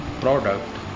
product